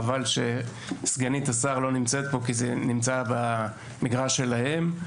חבל שסגנית השר לא נמצאת פה כי זה נמצא במגרש שלהם.